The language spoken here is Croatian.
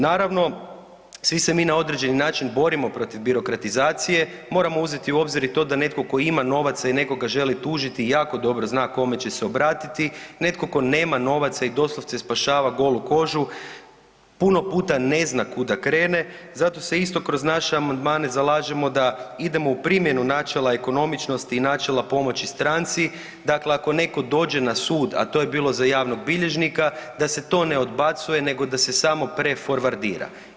Naravno, svi se mi na određeni način borimo protiv birokratizacije, moramo uzeti u obzir i to da netko tko ima novaca i nekoga želi tužiti, jako dobro zna kome će se obratiti, netko tko nema novaca i doslovce spašava golu kožu, puno puta ne zna kud da krene, zato se isto kroz naše amandmane zalažemo da idemo u primjenu načela ekonomičnosti i načela pomoći stranci, dakle ako netko dođe na sud a to je bilo za javnog bilježnika, da se to ne odbacuje nego da se samo preforvardira.